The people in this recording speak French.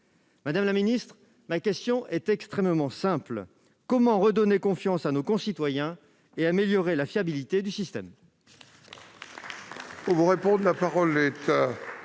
Madame la ministre, ma question est extrêmement simple : comment redonner confiance à nos concitoyens et améliorer la fiabilité du système ?